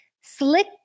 slick